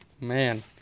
Man